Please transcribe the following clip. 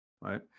right